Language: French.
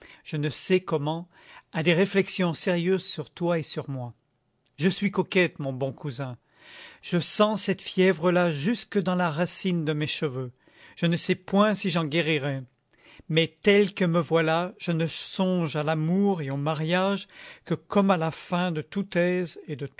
je ne sais comment à des réflexions sérieuses sur toi et sur moi je suis coquette mon bon cousin je sens cette fièvre là jusque dans la racine de mes cheveux je ne sais point si j'en guérirai mais telle que me voilà je ne songe à l'amour et au mariage que comme à la fin de toute aise et de